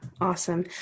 awesome